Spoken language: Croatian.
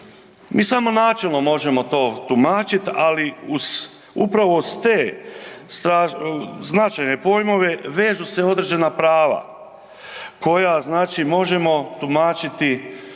mi samo načelno možemo to tumačiti ali upravo uz ste značajne pojmove vežu se određena prava koja znači možemo tumačiti